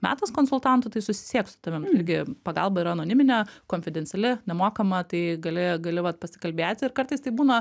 metas konsultantai tai susisieks su tavim irgi pagalba yra anoniminė konfidenciali nemokama tai gali gali vat pasikalbėti ir kartais tai būna